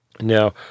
Now